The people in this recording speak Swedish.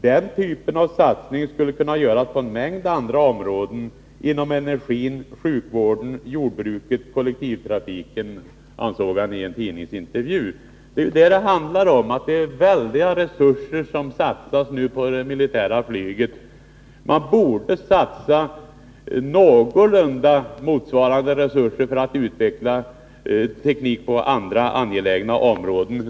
— Den typen av satsningar skulle kunna göras på en mängd andra områden, inom energin, sjukvården, jordbruket, kollektivtrafiken, sade han i en tidningsintervju. Det är vad det handlar om: Väldiga resurser satsas nu på det militära flyget. Man borde satsa någorlunda motsvarande resurser för att utveckla teknik på andra angelägna områden.